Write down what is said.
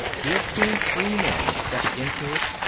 he had seen three men step into it,